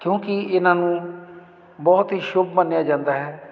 ਕਿਉਂਕਿ ਇਹਨਾਂ ਨੂੰ ਬਹੁਤ ਹੀ ਸ਼ੁਭ ਮੰਨਿਆ ਜਾਂਦਾ ਹੈ